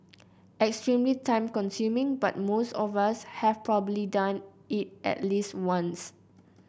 extremely time consuming but most of us have probably done it at least once